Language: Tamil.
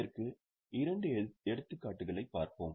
இதற்கு இரண்டு எடுத்துக்காட்டுகளைப் பார்த்தோம்